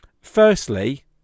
Firstly